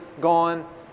gone